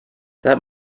that